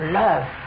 love